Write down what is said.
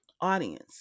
audience